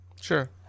Sure